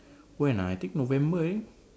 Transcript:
when ah I think November already